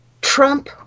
Trump